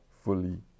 fully